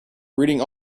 reading